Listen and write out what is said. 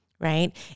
right